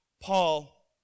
Paul